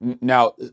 Now